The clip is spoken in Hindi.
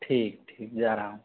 ठीक ठीक जा रहा हूँ